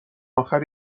اخر